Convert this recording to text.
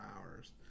hours